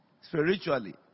Spiritually